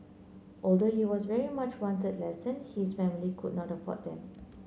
although he was very much wanted lesson his family could not afford them